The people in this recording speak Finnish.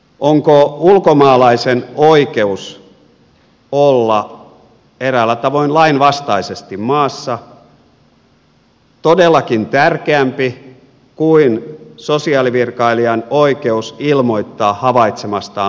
onko ulkomaalaisen oikeus olla eräällä tavoin lainvastaisesti maassa todellakin tärkeämpi kuin sosiaalivirkailijan oikeus ilmoittaa havaitsemastaan lainvastaisesta tilanteesta